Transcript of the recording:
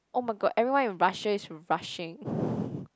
oh my god everyone in Russia is rushing